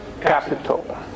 capital